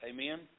Amen